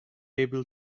able